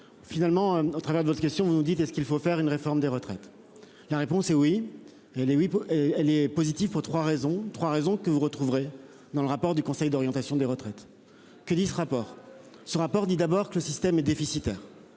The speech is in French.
Finalement, au travers de votre question, vous nous dites et ce qu'il faut faire une réforme des retraites. La réponse est oui. Elle est, oui elle est positive pour 3 raisons, trois raisons que vous retrouverez dans le rapport du conseil d'orientation des retraites. Que dit ce rapport, ce rapport dit d'abord que le système est déficitaire.